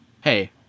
Hey